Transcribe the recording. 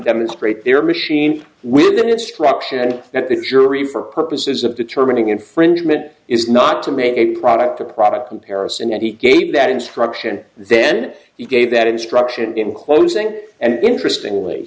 demonstrate their machine with an instruction that the jury for purposes of determining infringement is not to make a product or product comparison and he gave that instruction then he gave that instruction in closing and interesting way